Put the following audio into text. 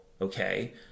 okay